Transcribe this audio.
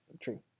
true